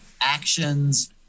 actions